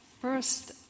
first